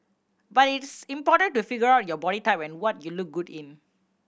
but it's important to figure out your body type and what you look good in